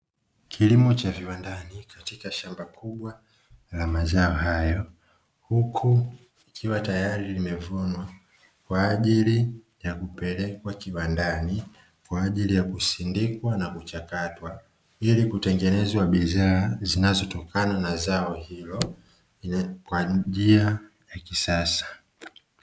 Kilimo cha viwandani katika shamba kubwa la mazao hayo, huku ikiwa tayari limevunwa kwa ajili ya kupelekwa kiwandani kwa ajili ya kusindikwa na kuchakatwa, ili kutengenezwa bidhaa zinazotokana na zao hilo kwa njia ya kisasa.